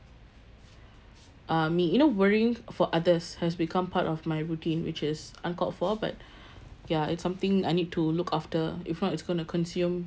uh me you know worrying for others has become part of my routine which is uncalled for but ya it's something I need to look after if not it's going to consume